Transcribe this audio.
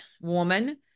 woman